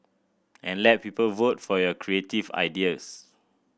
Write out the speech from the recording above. and let people vote for your creative ideas